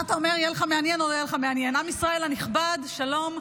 עם ישראל הנכבד, שלום.